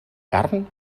carn